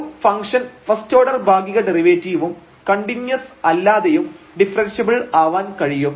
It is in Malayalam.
ഒരു ഫംഗ്ഷൻ ഫസ്റ്റ് ഓർഡർ ഭാഗിക ഡെറിവേറ്റീവും കണ്ടിന്യൂസ് അല്ലാതെയും ഡിഫറെൻഷ്യബിൾ ആവാൻ കഴിയും